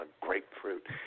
grapefruit